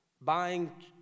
Buying